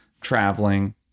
traveling